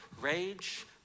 rage